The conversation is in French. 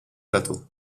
plateau